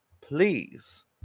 please